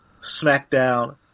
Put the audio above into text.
SmackDown